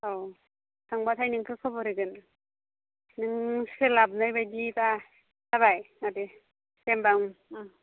औ थांबाथाय नोंखौ खबर होगोन नों सोलाबनाय बायदि बा जाबाय ओह दे दे होमबा ओम ओम